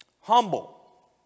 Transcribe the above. Humble